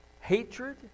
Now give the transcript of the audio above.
hatred